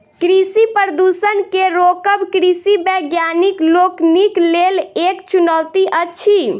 कृषि प्रदूषण के रोकब कृषि वैज्ञानिक लोकनिक लेल एक चुनौती अछि